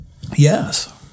Yes